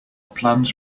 plans